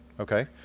Okay